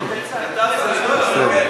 למה?